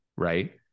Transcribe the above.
right